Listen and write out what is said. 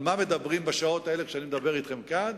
על מה מדברים בשעות האלה כשאני מדבר אתכם כאן?